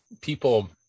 People